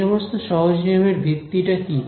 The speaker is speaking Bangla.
এই সমস্ত সহজ নিয়মের ভিত্তিটা কি